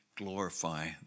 glorify